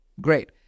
Great